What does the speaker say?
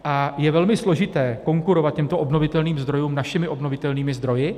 A je velmi složité konkurovat těmto obnovitelným zdrojům našimi obnovitelnými zdroji.